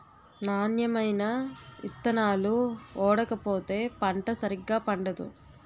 నాణ్యమైన ఇత్తనాలు ఓడకపోతే పంట సరిగా పండదు